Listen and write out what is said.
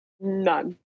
none